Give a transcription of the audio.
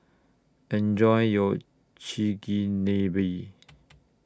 Enjoy YOU Chigenabe